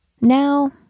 now